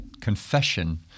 confession